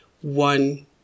one